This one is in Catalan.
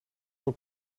del